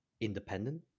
independent